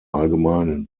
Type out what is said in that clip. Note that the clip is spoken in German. allgemeinen